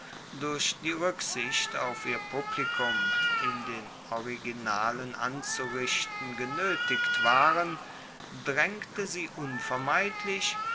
durch die ruecksicht auf ihr publikum in den originalen anzurichten genoetigt waren draengte sie unvermeidlich